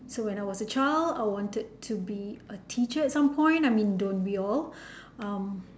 so when I was a child I wanted to be a teacher at some point I mean don't we all um